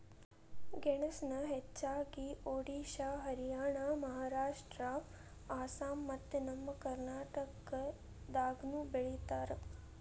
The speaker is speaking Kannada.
ಗೆಣಸನ ಹೆಚ್ಚಾಗಿ ಒಡಿಶಾ ಹರಿಯಾಣ ಮಹಾರಾಷ್ಟ್ರ ಅಸ್ಸಾಂ ಮತ್ತ ನಮ್ಮ ಕರ್ನಾಟಕದಾಗನು ಬೆಳಿತಾರ